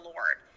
Lord